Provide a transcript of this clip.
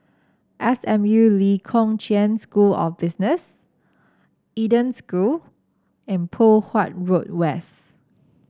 S M U Lee Kong Chian School of Business Eden School and Poh Huat Road West